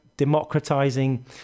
democratizing